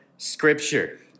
Scripture